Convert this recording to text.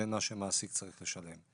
לבין מה שמעסיק צריך לשלם.